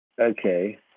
Okay